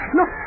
Look